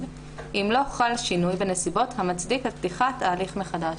אם לא חל שינוי בנסיבות המצדיק את פתיחת ההליך מחדש".